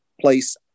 place